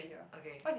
okay